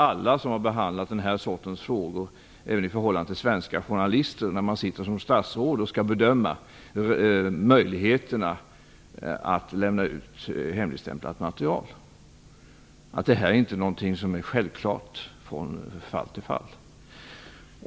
Alla som har behandlat den här sortens frågor i förhållande till svenska journalister, alla som i egenskap av statsråd har haft att bedöma möjligheterna att lämna ut hemligstämplat material, vet att detta inte är något som är självklart från fall till fall.